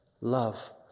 love